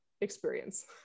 experience